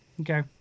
Okay